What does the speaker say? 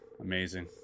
amazing